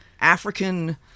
African